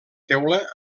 teula